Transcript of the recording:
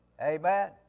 Amen